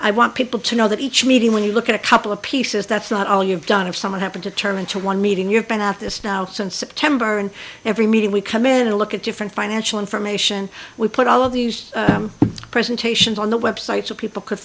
i want people to know that each meeting when you look at a couple of pieces that's not all you've done if someone happened to turn into one meeting you've been at this now since september and every meeting we come in and look at different financial information we put all of these presentations on the website so people could